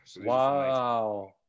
wow